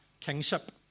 kingship